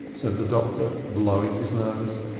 said the doctor, blowing his nose.